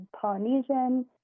Polynesian